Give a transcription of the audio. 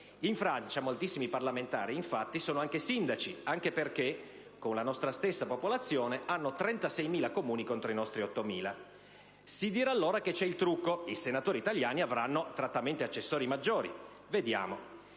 In Francia moltissimi parlamentari, infatti, sono anche sindaci, anche perché, con la nostra stessa popolazione, hanno 36.000 Comuni contro i nostri 8.000. Si dirà allora che c'è il trucco: i senatori italiani avranno trattamenti accessori maggiori. Vediamo: